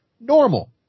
normal